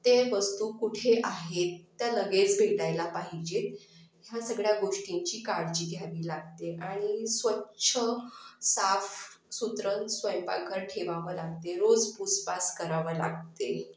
ते वस्तू कुठे आहेत त्या लगेच भेटायला पाहिजेत ह्या सगळ्या गोष्टींची काळजी घ्यावी लागते आणि स्वच्छ साफसुथरं स्वयंपाकघर ठेवावं लागते रोज पूसपास करावं लागते